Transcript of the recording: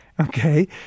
okay